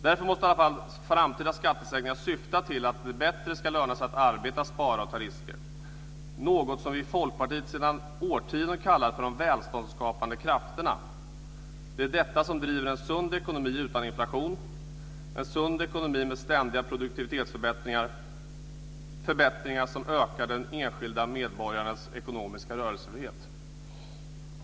Därför måste framtida skattesänkningar syfta till att det bättre ska löna sig att arbeta, spara och ta risker, något som vi i Folkpartiet sedan årtionden har kallat för de välståndsskapande krafterna. Det är dessa som driver en sund ekonomi utan inflation, en sund ekonomi med ständiga produktivitetsförbättringar - förbättringar som ökar den enskilda medborgarens ekonomiska rörelsefrihet.